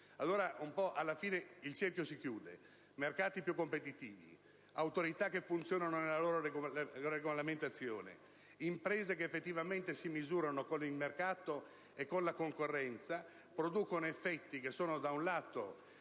nostro Paese. Alla fine il cerchio si chiude: mercati più competitivi, Autorità che funzionano nella loro regolamentazione, imprese che effettivamente si misurano con il mercato e con la concorrenza, producono effetti che sono da un lato